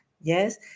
yes